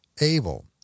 able